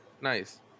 Nice